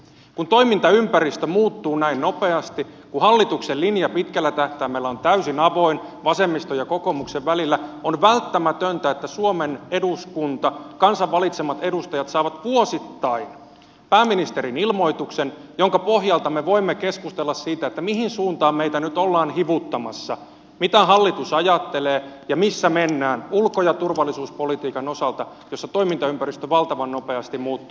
kun toimintaympäristö muuttuu näin nopeasti kun hallituksen linja pitkällä tähtäimellä on täysin avoin vasemmiston ja kokoomuksen välillä on välttämätöntä että suomen eduskunta kansan valitsemat edustajat saa vuosittain pääministerin ilmoituksen jonka pohjalta me voimme keskustella siitä mihin suuntaan meitä nyt ollaan hivuttamassa mitä hallitus ajattelee ja missä mennään ulko ja turvallisuuspolitiikan osalta jossa toimintaympäristö valtavan nopeasti muuttuu